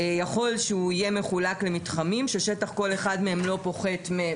יכול שהוא יהיה מחולק למתחמים ששטח כל אחד מהם לא פוחת מ-,